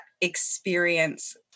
experience